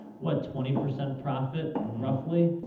what, twenty percent profit roughly.